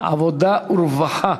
לעבודה ורווחה.